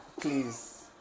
Please